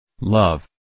Love